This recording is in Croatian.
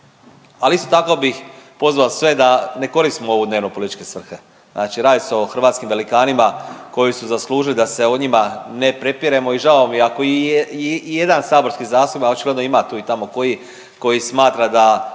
Ali isto tako bih pozvao sve da ne koristimo ovo u dnevno-političke svrhe. Znači radi se o hrvatskim velikanima koji su zaslužili da se o njima ne prepiremo i žao mi je i ako je i jedan saborski zastupnik a očigledno ima tu i tamo koji, koji smatra da